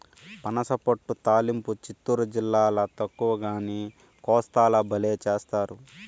పనసపొట్టు తాలింపు చిత్తూరు జిల్లాల తక్కువగానీ, కోస్తాల బల్లే చేస్తారు